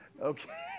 Okay